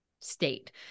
state